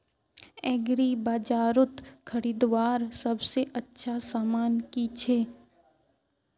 एग्रीबाजारोत खरीदवार सबसे अच्छा सामान की छे?